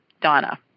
Donna